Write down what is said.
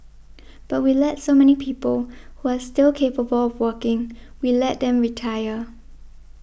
but we let so many people who are still capable of working we let them retire